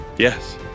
Yes